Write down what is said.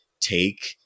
take